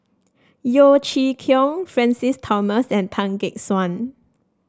Yeo Chee Kiong Francis Thomas and Tan Gek Suan